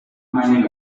mining